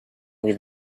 with